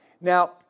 Now